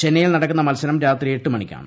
ചെന്നൈയിൽ നടക്കുന്ന മത്സരം രാത്രി എട്ട് മണിക്കാണ്